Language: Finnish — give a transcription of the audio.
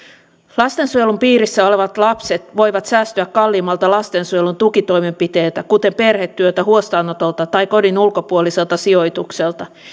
lastensuojelun piirissä olevat lapset voivat säästyä kalliimmilta lastensuojelun tukitoimenpiteiltä kuten perhetyöltä huostaanotolta tai kodin ulkopuoliselta sijoitukselta